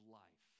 life